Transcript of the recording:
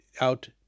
out